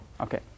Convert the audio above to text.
Okay